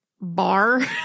bar